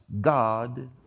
God